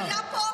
לא,